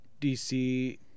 DC